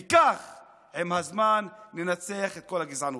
וכך עם הזמן ננצח את כל הגזענות.